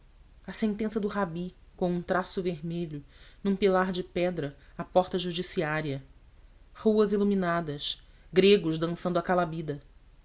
a sentença do rabi com um traço vermelho num pilar de pedra à porta judiciária ruas iluminadas gregos dançando a calabida